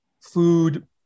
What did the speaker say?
food